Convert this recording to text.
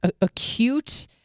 acute